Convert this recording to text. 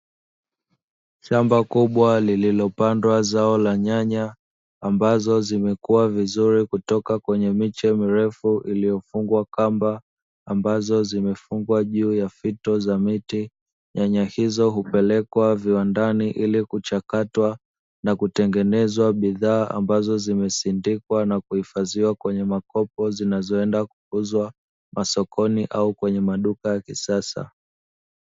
Shamba kubwa lililopandwa zao la nyanya ambazo zimekua vizuri kutoka kwenye miche mirefu iliyofungwa kamba ambazo zimefungwa juu ya fito za miti. Nyanya hizo hupelekwa viwandani ili kuchakatwa na kutengenezwa bidhaa ambazo zimesindikwa na kuhifadhiwa kwenye makopo zinazoenda kuuzwa masokoni au kwenye maduka ya kisasa.